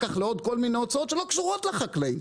כך לעוד כל מיני הוצאות שלא קשורות לחקלאים.